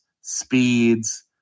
speeds